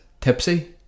tipsy